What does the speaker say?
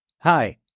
Hi